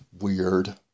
weird